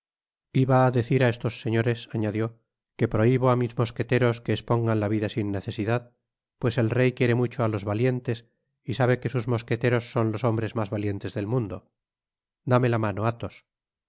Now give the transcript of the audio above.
iba á decir á estos señores añadió que prohibo á mis mosqueteros que espongan la vida sin necesidad pues el rey quiere mucho á los valientes y sabe que sus mosqueteros son los hombres mas valientes del mundo dame la mano athos y